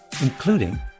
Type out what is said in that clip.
including